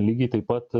lygiai taip pat